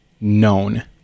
known